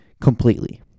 completely